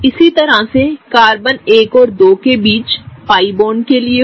इसी तरह से कार्बन 1 और 2 के बीच पाई बॉन्ड के लिए होगा